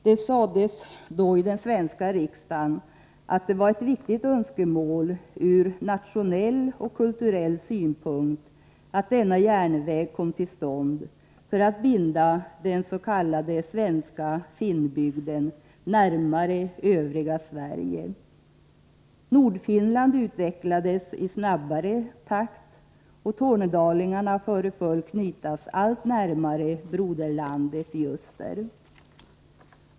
Det sades då i den svenska riksdagen att det var ett viktigt önskemål ur nationell och kulturell synpunkt att denna järnväg kom till stånd, för att knyta den s.k. svenska finnbygden närmare övriga Sverige. Nordfinland utvecklades i snabbare takt och tornedalingarna föreföll knytas allt närmare broderlandet i öster.